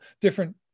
different